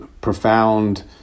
profound